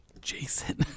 Jason